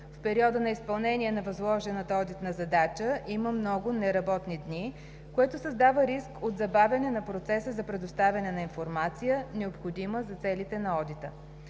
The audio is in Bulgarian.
В периода на изпълнение на възложената одитна задача има много неработни дни, което създава риск от забавяне на процеса на предоставяне на информацията, необходима за целите на одита.